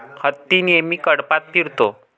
हत्ती नेहमी कळपात फिरतो